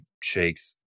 shakes